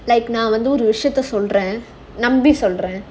நான் ஒரு விஷயத்தை சொல்றேன் நம்பி சொல்றேன்:naan oru vishayatha solraen nambi solraen